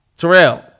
Terrell